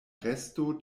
resto